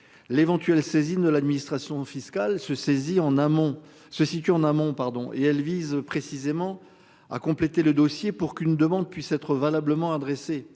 L'éventuelle saisine de l'administration fiscale se saisit en amont se situe en amont, pardon et elle vise précisément à compléter le dossier pour qu'une demande puisse être valablement adressée